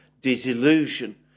disillusion